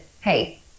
hey